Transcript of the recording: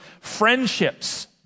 friendships